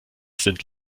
sind